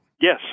Yes